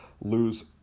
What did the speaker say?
lose